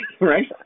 Right